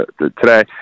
today